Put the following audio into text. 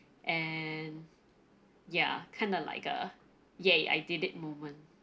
and ya kinda like a !yay! I did it moment